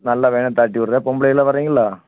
நல்ல பையனாக தாட்டிவிட்றேன் பொம்பளைங்கல்லாம் வரீங்கல்லோ